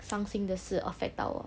伤心的事 affect 到我